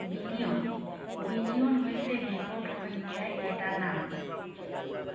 billion billion হৈছে বৃহৎ সংখ্যাৰ এটা নাম